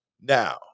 Now